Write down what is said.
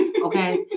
okay